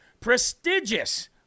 prestigious